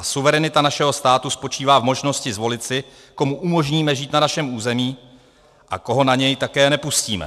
Suverenita našeho státu spočívá v možnosti zvolit si, komu umožníme žít na našem území a koho na něj také nepustíme.